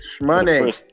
Money